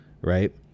right